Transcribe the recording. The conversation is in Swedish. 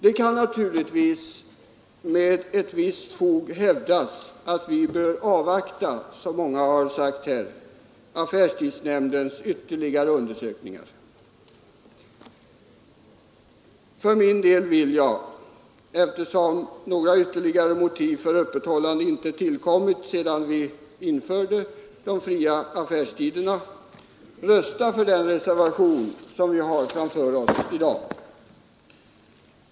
Det kan naturligtvis med visst fog hävdas att vi bör avvakta affärstidsnämndens ytterligare undersökningar, vilket många här har sagt. För min del vill jag, eftersom några ytterligare motiv för öppethållande inte tillkommit sedan vi införde de fria affärstiderna, rösta för den reservation som vi i dag har framför oss.